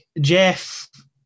Jeff